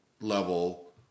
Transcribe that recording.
level